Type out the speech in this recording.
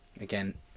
again